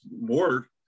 more